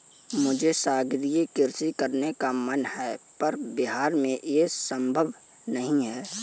मुझे सागरीय कृषि करने का मन है पर बिहार में ये संभव नहीं है